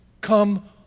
come